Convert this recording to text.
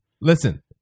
Listen